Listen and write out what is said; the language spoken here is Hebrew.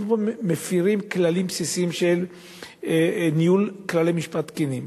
אנחנו פה מפירים כללים בסיסיים של ניהול כללי משפט תקינים.